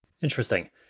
Interesting